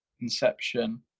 inception